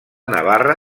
navarra